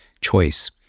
choice